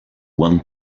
one